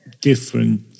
different